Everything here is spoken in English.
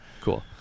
Cool